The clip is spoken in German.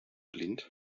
blind